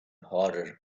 horror